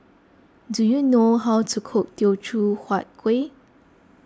do you know how to cook Teochew Huat Kuih